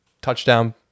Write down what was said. touchdown